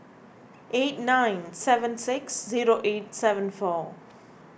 eight nine seven six zero eight seven four